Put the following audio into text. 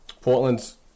Portland's